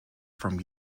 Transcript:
from